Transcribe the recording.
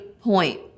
point